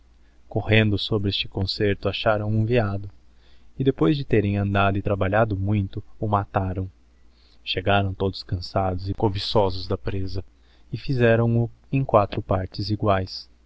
correndo sobre este concerto acharão hum veado e depois de terem andado e trabalhado muito o matarão chegarão todos cançados e cobiçosos da preza e fizerão o em quatro partes iguaes